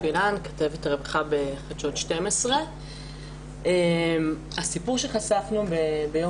אני כתבת רווחה בחדשות 12. הסיפור שחשפנו ביום